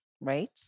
right